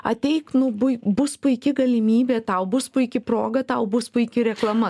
ateik nu bui bus puiki galimybė tau bus puiki proga tau bus puiki reklama